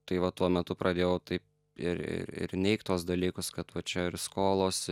tai va tuo metu pradėjau taip ir ir ir neigt tuos dalykus kad va čia ir skolos